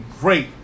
great